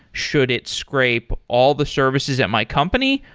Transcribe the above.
should it scape all the services at my company?